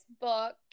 book